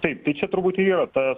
taip tai čia turbūt ir yra ta